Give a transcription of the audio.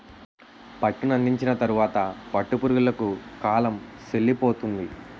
పట్టునందించిన తరువాత పట్టు పురుగులకు కాలం సెల్లిపోతుంది